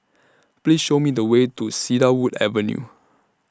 Please Show Me The Way to Cedarwood Avenue